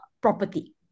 property